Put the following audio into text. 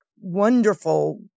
wonderful